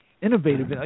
innovative